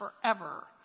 forever